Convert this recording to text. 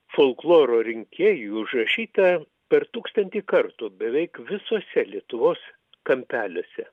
folkloro rinkėjų užrašyta per tūkstantį kartų beveik visuose lietuvos kampeliuose